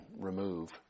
remove